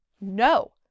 No